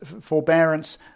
forbearance